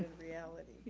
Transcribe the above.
reality.